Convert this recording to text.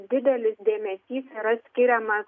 didelis dėmesys yra skiriamas